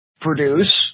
produce